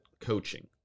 coaching